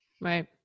Right